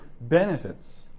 benefits